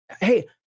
Hey